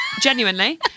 genuinely